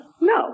No